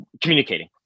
communicating